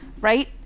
Right